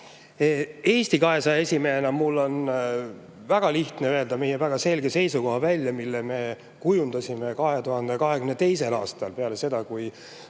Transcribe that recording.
esimehena mul on väga lihtne öelda välja meie väga selge seisukoht, mille me kujundasime 2022. aastal peale seda, kui